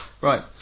Right